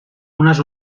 unes